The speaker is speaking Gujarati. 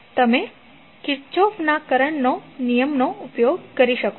તમે કિર્ચોફના કરંટનો નિયમ લાગુ કરી શકો છો